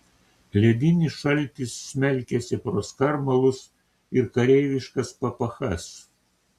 ledinis šaltis smelkėsi pro skarmalus ir kareiviškas papachas